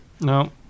No